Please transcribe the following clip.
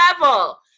level